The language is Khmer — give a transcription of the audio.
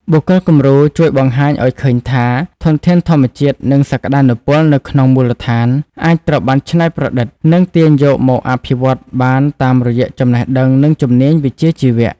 បុគ្គលគំរូជួយបង្ហាញឱ្យឃើញថា ធនធានធម្មជាតិ និងសក្ដានុពលនៅក្នុងមូលដ្ឋាន អាចត្រូវបានច្នៃប្រឌិត និងទាញយកមកអភិវឌ្ឍបានតាមរយៈចំណេះដឹង និងជំនាញវិជ្ជាជីវៈ។